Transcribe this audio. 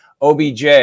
OBJ